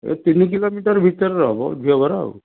ଏଇ ତିନି କିଲୋମିଟର ଭିତରେ ହବ ଝିଅ ଘର ଆଉ